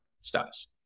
status